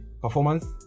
performance